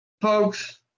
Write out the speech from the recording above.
folks